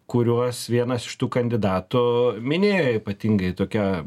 kuriuos vienas iš tų kandidatų minėjo ypatingai tokia